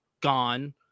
gone